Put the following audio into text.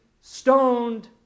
stoned